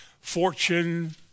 fortune